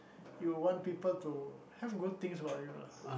you want people to have good things about you lah